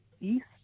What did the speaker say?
east